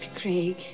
Craig